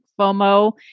FOMO